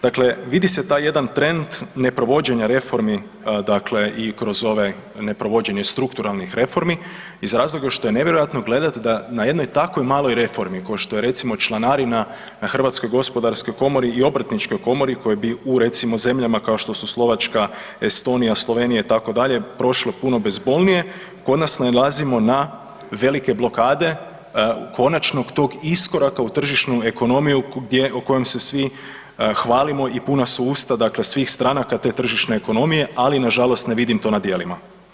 Dakle, vidi se taj jedan trend neprovođenja reformi dakle i kroz ove neprovođenje strukturalnih reformi iz razloga što je nevjerojatno gledat da na jednoj tako maloj reformi kao što je recimo članarina na HGK i obrtničkoj komori koje bi u recimo zemljama kao što su Slovačka, Estonija, Slovenija itd., prošle puno bezbolnije, kod nas nailazimo na velike blokade konačnog tog iskoraka u tržišnu ekonomiju gdje, o kojoj se svi hvalimo i puna su usta dakle svih stranaka te tržišne ekonomije, ali nažalost ne vidim to na djelima.